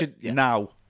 now